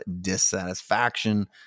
dissatisfaction